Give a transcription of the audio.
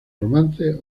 romances